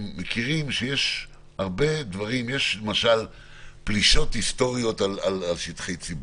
שיש למשל פלישות היסטוריות לשטחי ציבור.